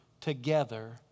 together